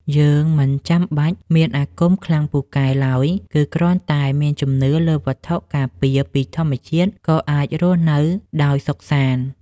យើងមិនចាំបាច់មានអាគមខ្លាំងពូកែឡើយគឺគ្រាន់តែមានជំនឿលើវត្ថុការពារពីធម្មជាតិក៏អាចរស់នៅដោយសុខសាន្ត។